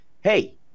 hey